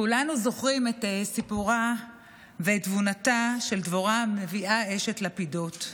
כולנו זוכרים את סיפורה ואת תבונתה של דבורה הנביאה אשת לפידות.